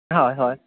हय हय